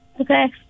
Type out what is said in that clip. okay